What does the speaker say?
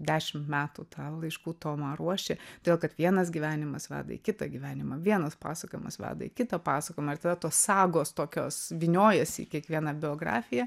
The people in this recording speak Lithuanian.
dešim metų tau laiškų tomą ruoši todėl kad vienas gyvenimas veda į kitą gyvenimą vienas pasakojimas veda į kitą pasakojimą ir tada tos sagos tokios vyniojasi į kiekvieną biografiją